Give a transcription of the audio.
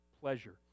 pleasure